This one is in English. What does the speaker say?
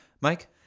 mike